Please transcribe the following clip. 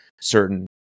certain